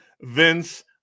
Vince